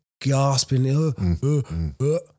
gasping